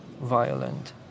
violent